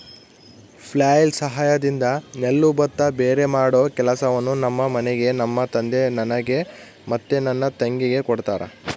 flail ಸಹಾಯದಿಂದ ನೆಲ್ಲು ಭತ್ತ ಭೇರೆಮಾಡೊ ಕೆಲಸವನ್ನ ನಮ್ಮ ಮನೆಗ ನಮ್ಮ ತಂದೆ ನನಗೆ ಮತ್ತೆ ನನ್ನ ತಂಗಿಗೆ ಕೊಡ್ತಾರಾ